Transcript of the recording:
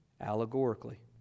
allegorically